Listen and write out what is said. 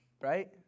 Right